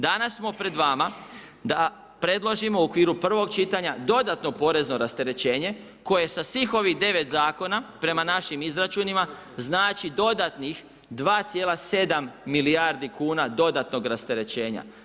Danas smo pred vama da predložimo u okviru prvog čitanja dodatno porezno rasterećenje koje sa svih ovih 9 zakona prema našim izračunima, znači dodatnih 2,7 milijardi kuna dodatnog rasterećenja.